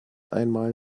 einmal